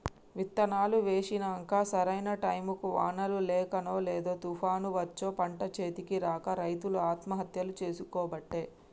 విత్తనాలు వేశినంక సరైన టైముకు వానలు లేకనో లేదా తుపాన్లు వచ్చో పంట చేతికి రాక రైతులు ఆత్మహత్యలు చేసికోబట్టే